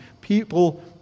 people